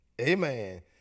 amen